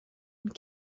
and